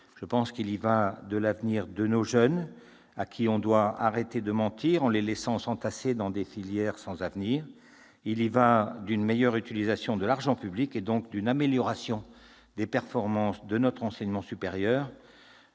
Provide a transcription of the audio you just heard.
l'université. Il y va de l'avenir de nos jeunes, à qui l'on doit arrêter de mentir en les laissant s'entasser dans des filières sans avenir. Il y va aussi d'une meilleure utilisation de l'argent public, donc d'une amélioration des performances de notre enseignement supérieur.